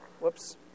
Whoops